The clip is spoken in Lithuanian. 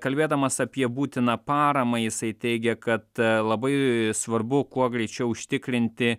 kalbėdamas apie būtiną paramą jisai teigė kad labai svarbu kuo greičiau užtikrinti